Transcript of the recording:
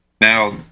Now